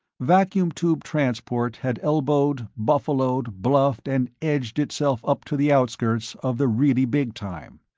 vacuum tube transport had elbowed, buffaloed, bluffed and edged itself up to the outskirts of the really big time.